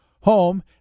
home